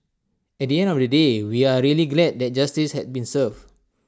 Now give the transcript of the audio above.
at the end of the day we are really glad that justice had been served